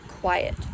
quiet